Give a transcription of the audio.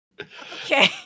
Okay